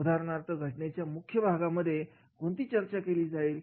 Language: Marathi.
उदाहरणार्थ घटनेच्या मुख्य भागामध्ये कोणती चर्चा केली जाईल